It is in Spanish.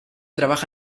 trabaja